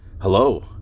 Hello